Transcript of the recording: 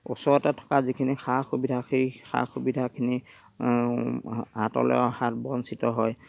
ওচৰতে থকা যিখিনি সা সুবিধা সেই সা সুবিধাখিনি হাতলে অহাত বঞ্চিত হয়